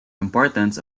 importance